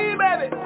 baby